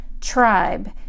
tribe